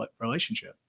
relationship